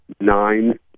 nine